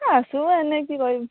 অঁ আছোঁ এনেই কি কৰিম